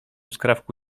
skrawku